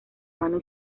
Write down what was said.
mano